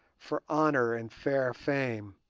for honour and fair fame,